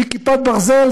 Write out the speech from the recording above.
מכיפת ברזל,